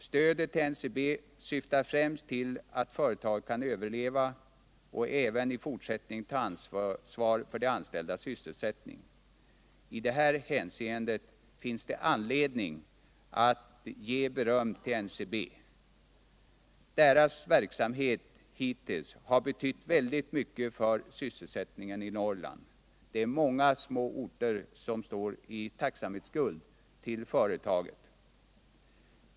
Stödet till NCB syftar främst till att företaget kan överleva och även i fortsättningen ta ansvar för de anställdas sysselsättning. I detta hänseende finns det anledning att ge beröm till NCB. Deras verksamhet hittills har betytt väldigt mycket för sysselsättningen i Norrland. Det är många små orter som står i tacksamhetsskuld till företaget.